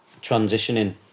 transitioning